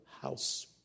house